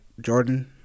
Jordan